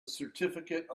certificate